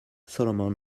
solomon